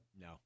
No